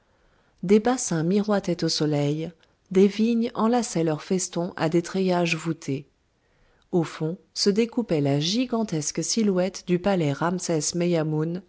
des bassins miroitaient au soleil des vignes enlaçaient leurs festons à des treillages voûtés au fond se découpait la gigantesque silhouette du palais